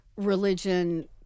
religion